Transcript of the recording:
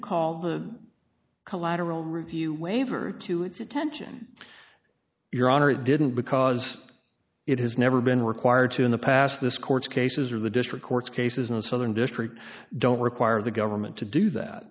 call the collateral review waiver to its attention your honor it didn't because it has never been required to in the past this court cases or the district courts cases in the southern district don't require the government to do that